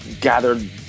gathered